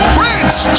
Prince